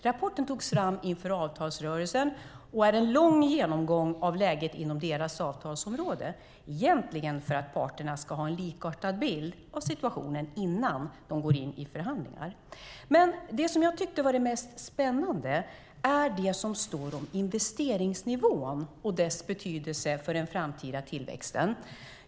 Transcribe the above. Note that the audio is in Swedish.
Rapporten togs fram inför avtalsrörelsen och är en lång genomgång av läget inom deras avtalsområde, egentligen för att parterna ska ha en likartad bild av situationen innan de går in i förhandlingar. Det som jag tyckte var det mest spännande är det som står om investeringsnivån och dess betydelse för den framtida tillväxten.